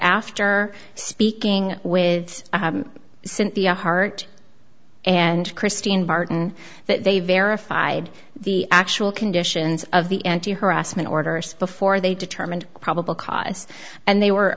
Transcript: after speaking with cynthia hart and christine barton that they verified the actual conditions of the empty harassment order before they determined probable cause and they were